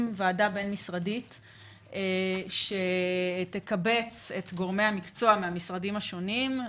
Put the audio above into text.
ועדה בין-משרדית שתקבץ את גורמי המקצוע מהמשרדים השונים,